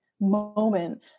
moment